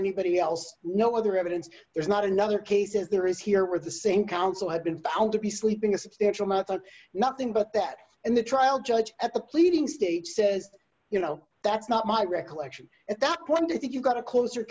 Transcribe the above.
anybody else no other evidence there's not another case as there is here with the same counsel have been found to be sleeping a substantial amount of nothing but that and the trial judge at the pleading state says you know that's not my recollection at that point i think you've got a close